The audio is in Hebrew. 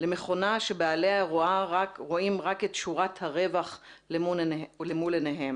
למכונה שבעליה רואים רק את שורת הרווח למול עיניהם.